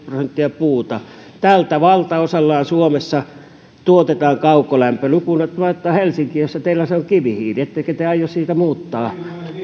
prosenttia puuta tällä valtaosaltaan suomessa tuotetaan kaukolämpö lukuun ottamatta helsinkiä jossa teillä se on kivihiili ettekä te aio siitä muuttaa